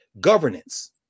governance